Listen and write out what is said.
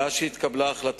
אני רוצה שתדע,